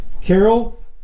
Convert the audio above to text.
carol